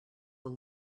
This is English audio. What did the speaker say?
will